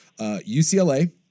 UCLA